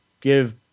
give –